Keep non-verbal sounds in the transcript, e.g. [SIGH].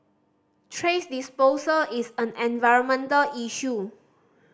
[UNINTELLIGIBLE] disposal is an environmental issue